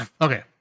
Okay